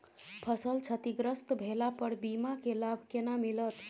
फसल क्षतिग्रस्त भेला पर बीमा के लाभ केना मिलत?